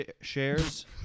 shares